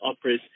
operas